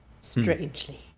strangely